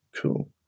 cool